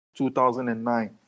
2009